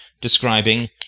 describing